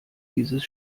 dieses